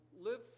live